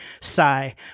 Sigh